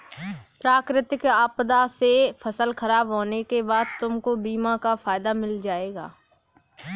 प्राकृतिक आपदा से फसल खराब होने के बाद तुमको बीमा का फायदा मिल जाएगा